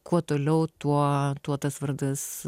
kuo toliau tuo tuo tas vardas